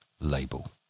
label